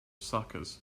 suckers